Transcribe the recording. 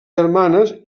germanes